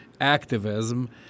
activism